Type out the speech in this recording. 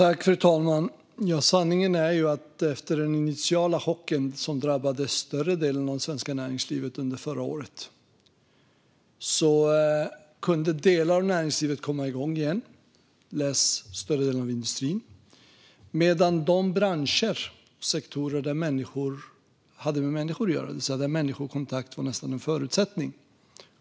Fru talman! Sanningen är att efter den initiala chocken som drabbade större delen av det svenska näringslivet under förra året kunde delar av näringslivet - större delen av industrin - komma igång igen medan de branscher och sektorer som har med människor att göra och där människokontakt nästan är en förutsättning har haft det tufft.